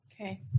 Okay